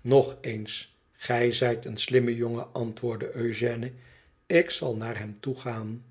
nog eens gij zijt een slimme jongen antwoordt eugène ik zal naar hem toegaan